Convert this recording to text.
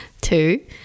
Two